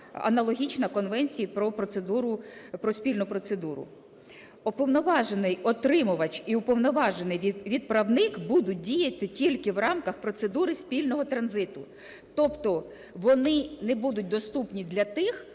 аналогічна Конвенції про процедуру, про спільну процедуру. Уповноважений отримувач і уповноважений відправник будуть діяти тільки в рамках процедури спільного транзиту. Тобто вони не будуть доступні для тих,